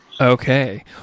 okay